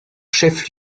chef